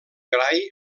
gray